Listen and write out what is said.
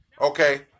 Okay